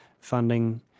funding